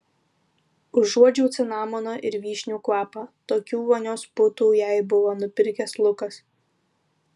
užuodžiau cinamono ir vyšnių kvapą tokių vonios putų jai buvo nupirkęs lukas